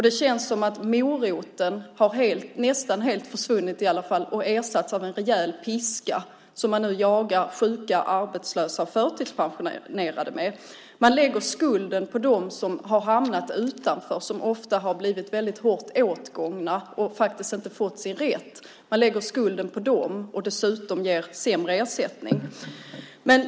Det känns som att moroten nästan helt har försvunnit och ersatts av en rejäl piska som man nu jagar sjuka, arbetslösa och förtidspensionerade med. Man lägger skulden på dem som har hamnat utanför, som ofta har blivit hårt åtgångna och faktiskt inte fått sin rätt, och ger dem dessutom sämre ersättning.